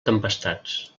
tempestats